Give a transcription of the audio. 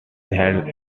held